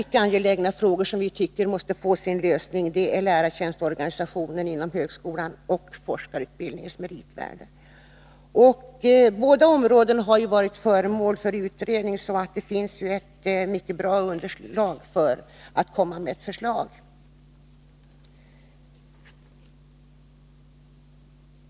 Andra angelägna frågor som enligt vår mening måste få sin lösning är lärartjänstorganisationen inom högskolan och forskarutbildningens meritvärde. Båda områdena har ju varit föremål för utredning, så det finns ett mycket bra underlag när det gäller att lägga fram ett förslag.